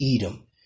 Edom